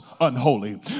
unholy